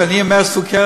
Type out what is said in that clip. כשאני אומר סוכרת,